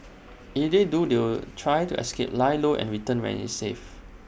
if they do they'll try to escape lie low and return when IT is safe